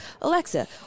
Alexa